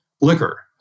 liquor